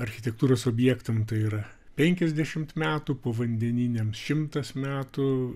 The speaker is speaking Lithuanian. architektūros objektam tai yra penkiasdešimt metų povandeniniams šimtas metų